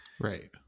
right